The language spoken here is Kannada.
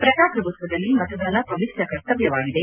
ಶ್ರಜಾಪ್ರಭುತ್ವದಲ್ಲಿ ಮತದಾನ ಪವಿತ್ರ ಕರ್ತವ್ಯವಾಗಿದೆ